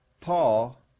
Paul